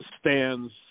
stands